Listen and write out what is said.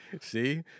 See